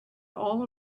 all